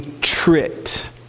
tricked